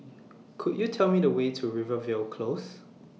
Could YOU Tell Me The Way to Rivervale Close